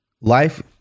life